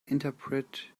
interpret